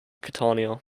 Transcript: catania